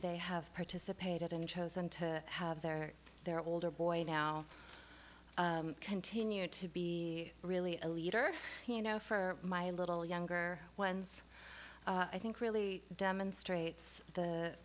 they have participated and chosen to have their their older boy now continue to be really a leader you know for my little younger ones i think really demonstrates the